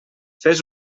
fes